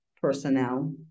personnel